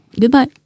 Goodbye